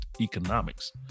economics